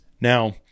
Now